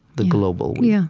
the global we. yeah